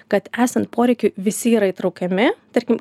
kad esant poreikiui visi yra įtraukiami tarkim